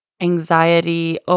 anxiety